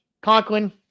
Conklin